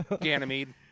Ganymede